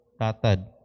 Tatad